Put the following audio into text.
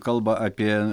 kalba apie